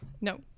No